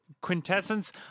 quintessence